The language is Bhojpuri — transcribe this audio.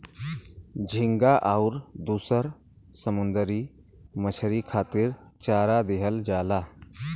झींगा आउर दुसर समुंदरी मछरी खातिर चारा दिहल जाला